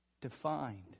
defined